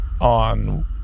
On